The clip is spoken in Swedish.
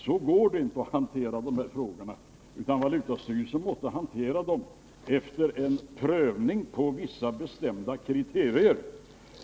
Så går det inte att hantera de här frågorna, utan valutastyrelsen måste behandla dem efter en prövning på vissa bestämda kriterier.